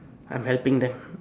I'm helping them